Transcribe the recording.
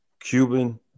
Cuban